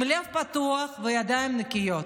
עם לב פתוח וידיים נקיות.